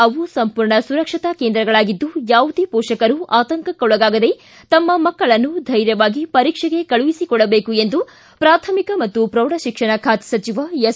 ಅವು ಸಂಪೂರ್ಣ ಸುರಕ್ಷತಾ ಕೇಂದ್ರಗಳಾಗಿದ್ದು ಯಾವುದೇ ಪೋಷಕರು ಆತಂಕಕ್ಕೊಳಗಾಗದೇ ತಮ್ಮ ಮಕ್ಕಳನ್ನು ಧೈರ್ಯವಾಗಿ ಪರೀಕ್ಷೆಗೆ ಕಳುಹಿಸಿಕೊಡಬೇಕು ಎಂದು ಪ್ರಾಥಮಿಕ ಮತ್ತು ಪ್ರೌಢ ಶಿಕ್ಷಣ ಖಾತೆ ಸಚಿವ ಎಸ್